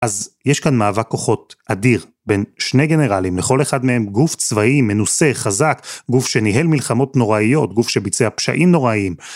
אז יש כאן מאבק כוחות אדיר בין שני גנרלים, לכל אחד מהם גוף צבאי מנוסה, חזק, גוף שניהל מלחמות נוראיות, גוף שביצע פשעים נוראיים.